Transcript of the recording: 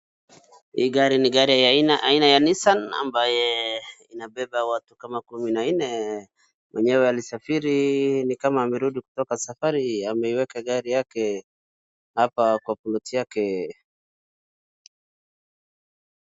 hii gari ni gari aina ya Nissan ambayo inabeba watu kama kumi na nne mwenyewe alisafiri ni kama amerudi kutoka safari ameiweka gari yake hapa kwa poti yake